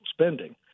spending